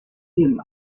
dem